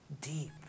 deep